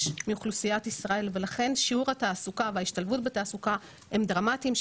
מאוכלוסיית ישראל ולכן שיעור התעסוקה וההשתלבות בתעסוקה הם דרמטיים.